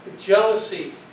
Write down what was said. jealousy